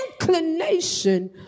inclination